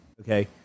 okay